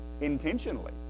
intentionally